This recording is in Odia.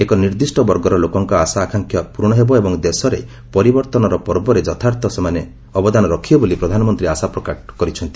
ଏହାଦ୍ୱାରା ଏକ ନିର୍ଦ୍ଦିଷ୍ଟ ବର୍ଗର ଲୋକଙ୍କ ଆଶା ଆକାଂକ୍ଷା ପୂରଣ ହେବ ଏବଂ ଦେଶରେ ପରିବର୍ତ୍ତନର ପର୍ବରେ ଯଥାର୍ଥ ଅବଦାନ ରଖିବେ ବୋଲି ପ୍ରଧାନମନ୍ତ୍ରୀ ଆଶା ପ୍ରକାଶ କରିଛନ୍ତି